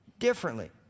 differently